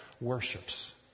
worships